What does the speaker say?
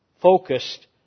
focused